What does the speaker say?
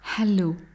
Hello